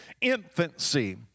infancy